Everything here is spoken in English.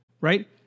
right